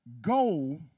go